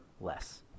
less